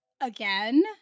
again